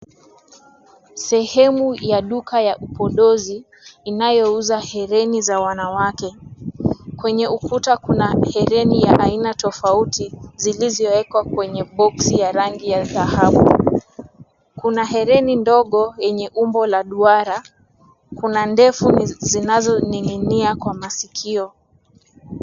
Sehemu ya duka ya upodozi inayouza hereni za wanawake. Kwenye ukuta kuna hereni ya aina tofauti zilizowekwa kwenye box ya rangi ya dhahabu. Kuna hereni ndogo yenye umbo la duara, kuna ndefu zinazoning'inia kwa masikio.